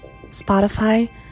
Spotify